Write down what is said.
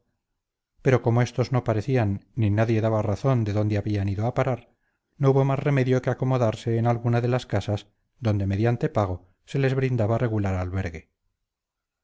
pero como estos no parecían ni nadie daba razón de dónde habían ido a parar no hubo más remedio que acomodarse en alguna de las casas donde mediante pago se les brindaba regular albergue